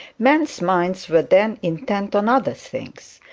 men's minds were then intent on other things.